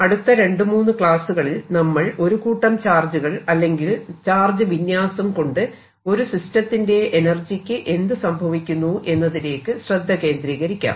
അടുത്ത രണ്ടു മൂന്ന് ക്ലാസ്സുകളിൽ നമ്മൾ ഒരു കൂട്ടം ചാർജുകൾ അല്ലെങ്കിൽ ചാർജ് വിന്യാസം കൊണ്ട് ഒരു സിസ്റ്റം ത്തിന്റെ എനർജിയ്ക്ക് എന്ത് സംഭവിക്കുന്നു എന്നതിലേക്ക് ശ്രദ്ധ കേന്ദ്രീകരിക്കാം